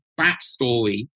backstory